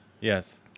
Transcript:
Yes